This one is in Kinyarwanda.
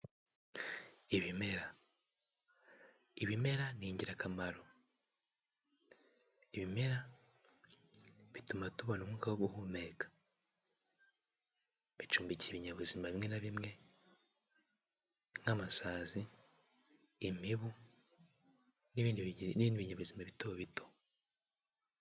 Ibimera, ibimera ni ingiraka, ibimera bituma tubona umwuka wo guhumeka, bicumbikira ibinyabuzima bimwe na bimwe nk'amasazi, imibu n'ibindi binyabuzima bito bito.